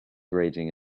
raging